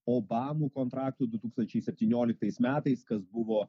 obamų kontraktu du tūkstančiai septynioliktais metais kas buvo